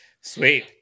Sweet